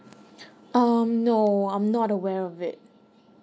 um no I'm not aware of it